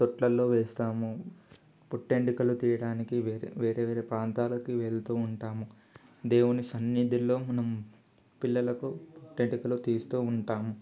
తొట్లల్లో వేస్తాము పుట్టెంటుకలు తీయడానికి వేరే వేరే ప్రాంతాలకు వెళుతు ఉంటాము దేవుని సన్నిధిలో మనం పిల్లలకు పుట్టెంటుకలు తీస్తు ఉంటాము